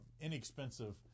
inexpensive